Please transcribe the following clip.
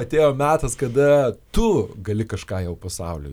atėjo metas kada tu gali kažką jau pasauliui